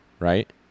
Right